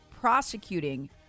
prosecuting